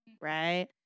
right